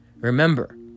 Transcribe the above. remember